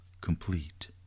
complete